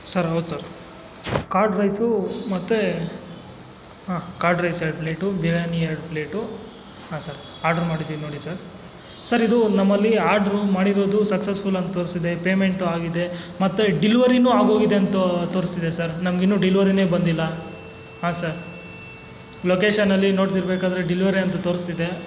sir ಹೌದ್ sir curd rice ಮತ್ತು ಹಾಂ ಕರ್ಡ್ ರೈಸು ಎರಡು ಪ್ಲೇಟು ಬಿರಿಯಾನಿ ಎರಡು ಪ್ಲೇಟು ಹಾಂ ಸರ್ ಆರ್ಡ್ರ್ ಮಾಡಿದ್ದಿವಿ ನೋಡಿ ಸರ್ ಸರ್ ಇದು ನಮ್ಮಲ್ಲಿ ಆರ್ಡ್ರು ಮಾಡಿರೋದು ಸಕ್ಸಸ್ಫುಲ್ ಅಂತ ತೋರಿಸ್ತಿದೆ ಪೇಮೆಂಟು ಆಗಿದೆ ಮತ್ತು ಡಿಲ್ವರಿನು ಆಗೋಗಿದೆ ಅಂತ ತೋರಿಸ್ತಿದೆ ಸರ್ ನಮಗಿನ್ನು ಡಿಲ್ವರಿನೇ ಬಂದಿಲ್ಲ ಹಾಂ ಸರ್ ಲೊಕೇಶನ್ನಲ್ಲಿ ನೋಡ್ತಿರಬೇಕಾದ್ರೆ ಡಿಲ್ವರಿ ಅಂತ ತೋರಿಸ್ತಿದೆ